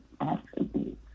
attributes